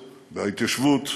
בהתיישבות,